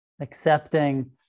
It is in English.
accepting